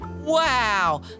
Wow